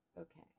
Okay